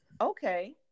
Okay